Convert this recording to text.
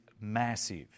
massive